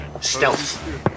stealth